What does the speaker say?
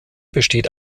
besteht